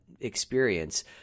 experience